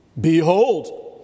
Behold